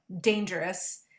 dangerous